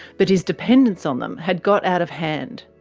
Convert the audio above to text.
but his dependence on them had got out of hand.